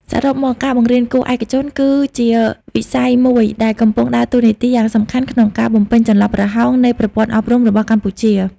សរុបមក ការបង្រៀនគួរឯកជនគឺជាវិស័យមួយដែលកំពុងដើរតួនាទីយ៉ាងសំខាន់ក្នុងការបំពេញចន្លោះប្រហោងនៃប្រព័ន្ធអប់រំរបស់កម្ពុជា។